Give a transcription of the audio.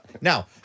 Now